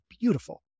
beautiful